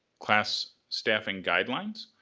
class staffing guidelines.